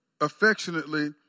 affectionately